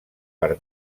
per